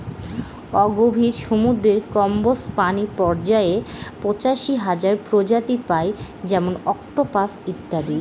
অগভীর সমুদ্রের কম্বজ প্রাণী পর্যায়ে পঁচাশি হাজার প্রজাতি পাই যেমন অক্টোপাস ইত্যাদি